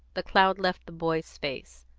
the cloud left the boy's face.